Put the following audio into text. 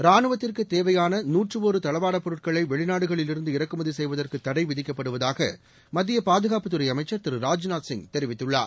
ராணுவத்திற்கு தேவையான பொருட்களை வெளிநாடுகளில் இருந்து இறக்குமதி செய்வதற்கு தடை விதிக்கப்படுவதாக மத்திய பாதுகாப்பு துறை அமைச்சர் திரு ராஜ்நாத்சிங் தெரிவித்துள்ளார்